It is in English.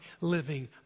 living